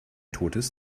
totes